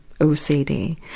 OCD